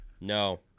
no